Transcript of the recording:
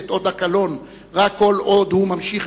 את אות הקלון רק כל עוד הוא ממשיך,